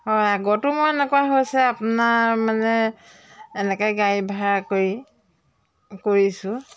হয় আগতো মোৰ এনেকুৱা হৈছে আপোনাৰ মানে এনেকৈ গাড়ী ভাড়া কৰি কৰিছোঁ